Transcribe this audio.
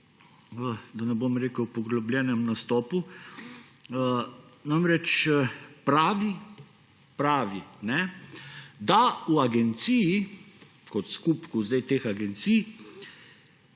da ne bom rekel poglobljenem, nastopu. Namreč pravi, da v agenciji kot skupku zdaj teh agencij